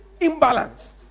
imbalanced